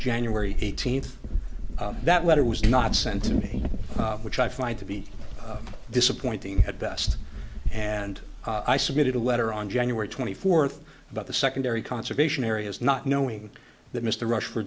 january eighteenth that letter was not sent to me which i find to be disappointing at best and i submitted a letter on january twenty fourth about the secondary conservation areas not knowing that mr rushfor